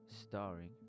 starring